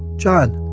john,